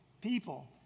people